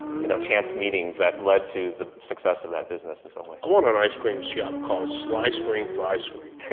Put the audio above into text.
you know, chance meetings that led to the success of that business in some way. i want an ice cream shop called sly scream for ice cream.